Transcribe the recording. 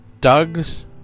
Doug's